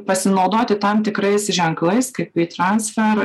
pasinaudoti tam tikrais ženklais kaip į transfer